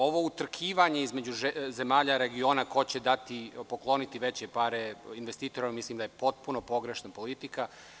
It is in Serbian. Ovo utrkivanje između zemalja regiona ko će dati, pokloniti veće pare, investitora mislim da je potpuno pogrešna politika.